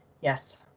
Yes